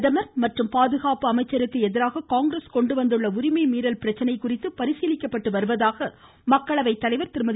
பிரதமர் மற்றும் பாதுகாப்பு அமைச்சருக்கு எதிராக காங்கிரஸ் கொண்டுவந்துள்ள உரிமை மீறல் பிரச்சனை குறித்து பரிசீலித்து வருவதாக மக்களவை தலைவர் திருமதி